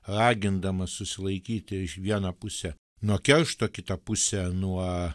ragindamas susilaikyti iš vieną pusę nuo keršto kitą pusę nuo